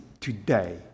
today